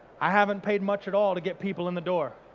i haven't paid much at all to get people in the door.